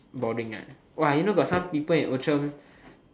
boring ah !wah! you know got some people in Outram